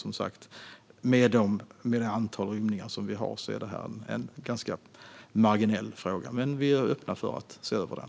Med det antal rymningar som vi har är detta som sagt en ganska marginell fråga. Vi är dock öppna för att se över den.